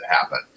happen